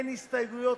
אין הסתייגויות,